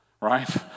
right